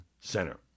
Center